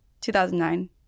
2009